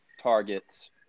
targets